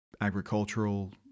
agricultural